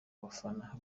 bafana